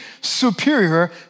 superior